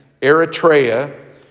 Eritrea